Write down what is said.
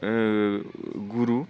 गुरु